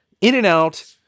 in-and-out